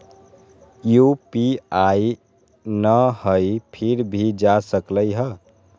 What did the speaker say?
UPI न हई फिर भी जा सकलई ह?